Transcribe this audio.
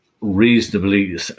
reasonably